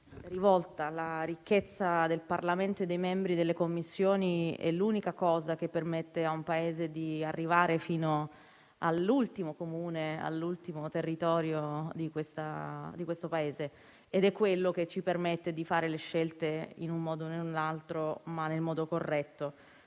La ricchezza del Parlamento e dei membri delle Commissioni è l'unica risorsa che permette di arrivare fino all'ultimo Comune, all'ultimo territorio di questo Paese, ed è quello che ci permette di fare le scelte, in un modo o nell'altro, ma nel modo corretto.